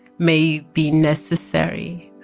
may be necessary.